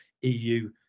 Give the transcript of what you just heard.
eu